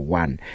one